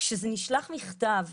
פה צריך להבין משהו,